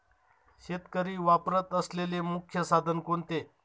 शेतकरी वापरत असलेले मुख्य साधन कोणते?